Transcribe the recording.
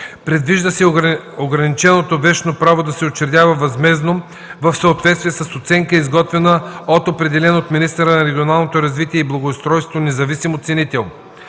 Предвижда се ограниченото вещно право да се учредява възмездно в съответствие с оценка, изготвена от определен от министъра на регионалното развитие и благоустройството независим оценител.